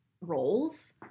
roles